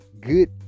good